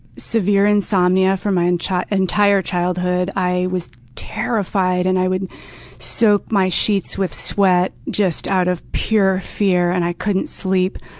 severe insomnia for my entire entire childhood. i was terrified, and i would soak my sheets with sweat just out of pure fear. and i couldn't sleep,